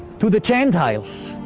to the gentiles.